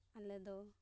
ᱟᱞᱮ ᱫᱚ